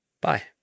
bye